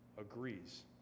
agrees